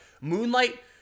Moonlight